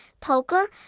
poker